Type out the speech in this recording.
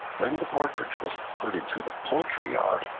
when the partridge was put into the poultry-yard,